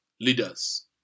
leaders